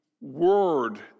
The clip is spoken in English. Word